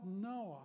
Noah